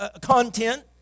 content